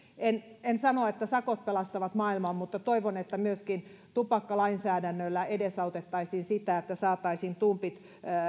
en en sano että sakot pelastavat maailman mutta toivon että myöskin tupakkalainsäädännöllä edesautettaisiin sitä että saataisiin tumpit